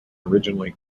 originally